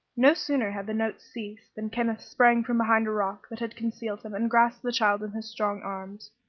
no sooner had the notes ceased than kenneth sprang from behind a rock that had concealed him and grasped the child in his strong arms,